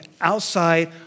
outside